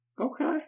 Okay